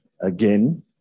again